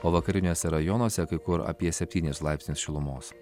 o vakariniuose rajonuose kai kur apie septynis laipsnius šilumos